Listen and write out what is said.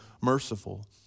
merciful